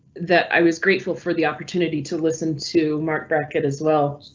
that i was grateful for the opportunity to listen to marc brackett as well.